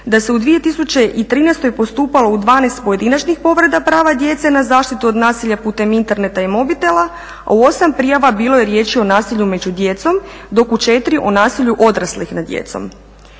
da se u 2013. postupalo u 12 pojedinačnih povreda prava djece na zaštitu od nasilja putem interneta i mobitela, a u osam prijava bilo je riječi o nasilju među djecom, dok u četiri o nasilju odraslih nad djecom.